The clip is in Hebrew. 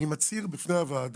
אני מצהיר בפני הוועדה,